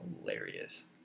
hilarious